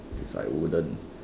it's like wooden